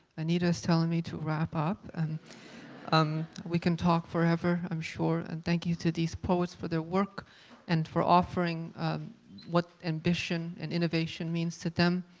amita's telling me to wrap up. and um we can talk forever, i'm sure. and thank you to these poets for their work and for offering what ambition and innovation means to them.